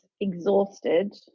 exhausted